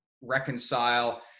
reconcile